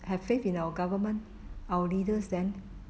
have faith in our government our leaders then